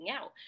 out